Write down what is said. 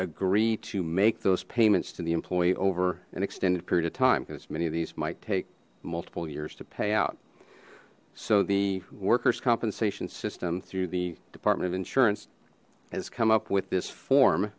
agree to make those payments to the employee over an extended period of time because many of these might take multiple years to pay out so the workers compensation system through the department of insurance has come up with this form